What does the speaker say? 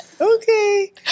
okay